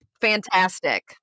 fantastic